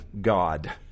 god